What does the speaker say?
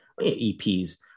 EPs